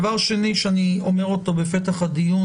דבר שני שאני אומר אותו בפתח הדיון